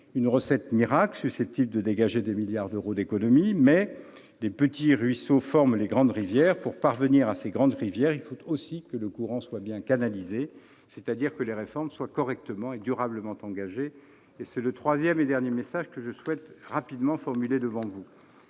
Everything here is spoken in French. une recette miracle, susceptible de dégager des milliards d'euros d'économies. Mais les petits ruisseaux forment les grandes rivières ... Pour parvenir à ces grandes rivières, il faut aussi que le courant soit bien canalisé, c'est-à-dire que les réformes soient correctement et durablement engagées. C'est le troisième et dernier message que je souhaite formuler devant vous.